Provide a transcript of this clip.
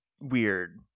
weird